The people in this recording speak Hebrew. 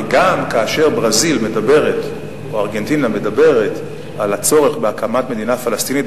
וגם כאשר ברזיל או ארגנטינה מדברת על הצורך בהקמת מדינה פלסטינית,